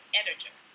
editor